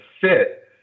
fit